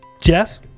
Jess